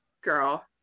girl